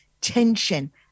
tension